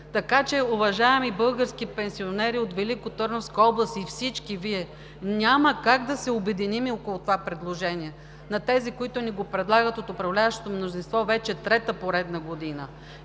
Така че, уважаеми български пенсионери от Великотърновска област, и всички Вие, няма как да се обединим около това предложение на тези, които ни го предлагат – от управляващото мнозинство, вече трета поредна година.